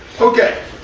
Okay